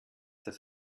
das